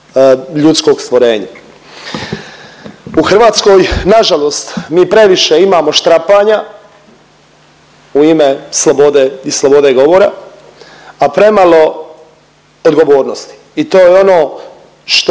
ljudskog stvorenja. U Hrvatskoj na žalost mi previše imamo štrapanja u ime slobode i slobode govora, a premalo odgovornosti. I to je ono što